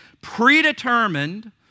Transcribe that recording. predetermined